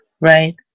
right